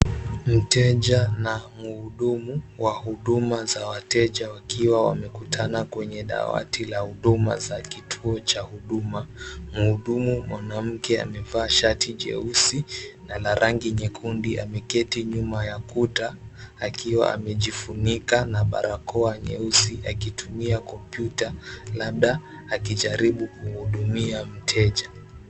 Mteja na muhudumu wa huduma za wateja wakiwa wamekutana kwenye dawati la huduma za kituo cha huduma. Muhudumu mwanamke amevaa shati jeusi la rangi nyekundu ameketi nyuma ya kuta akiwa amejifunika na barakoa nyeusi akitumia kompyuta labda akijaribu kumuhudumia mteja.